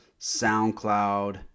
SoundCloud